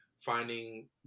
finding